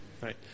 right